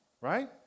right